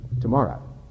tomorrow